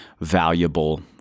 valuable